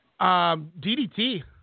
DDT